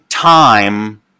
time